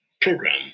program